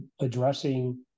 addressing